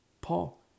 Paul